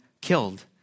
killed